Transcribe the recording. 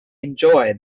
enjoy